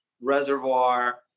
Reservoir